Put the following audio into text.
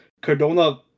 Cardona